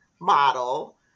model